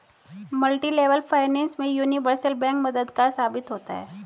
multilevel finance में universal bank मददगार साबित होता है